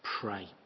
pray